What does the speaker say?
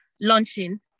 launching